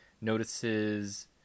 notices